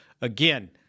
again –